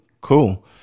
Cool